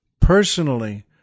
personally